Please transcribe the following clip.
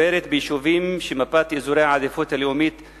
אשר חילקה את היישובים במדינה וסיווגה אותם לאזורי עדיפות לאומית.